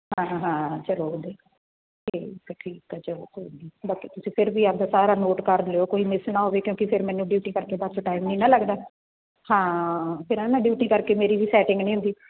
ਹਾਂ ਹਾਂ ਚਲੋ ਠੀਕ ਆ ਠੀਕ ਆ ਚਲੋ ਕੋਈ ਨਹੀਂ ਬਾਕੀ ਤੁਸੀਂ ਫਿਰ ਵੀ ਆਪਣਾ ਸਾਰਾ ਨੋਟ ਕਰ ਲਿਓ ਕੋਈ ਮਿਸ ਨਾ ਹੋਵੇ ਕਿਉਂਕਿ ਫਿਰ ਮੈਨੂੰ ਡਿਊਟੀ ਕਰਕੇ ਵਾਪਸ ਟਾਈਮ ਨਹੀਂ ਨਾ ਲੱਗਦਾ ਹਾਂ ਫਿਰ ਐਂ ਨਾ ਡਿਊਟੀ ਕਰਕੇ ਮੇਰੀ ਵੀ ਸੈਟਿੰਗ ਨਹੀਂ ਹੁੰਦੀ